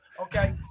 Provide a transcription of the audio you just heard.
Okay